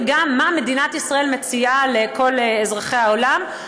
וגם למה שמדינת ישראל מציעה לכל אזרחי העולם.